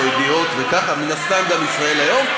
"ידיעות" ומן הסתם גם "ישראל היום",